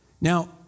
Now